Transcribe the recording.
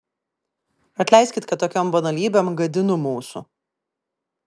atleiskit kad tokiom banalybėm gadinu mūsų